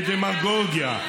ובדמגוגיה.